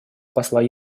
посла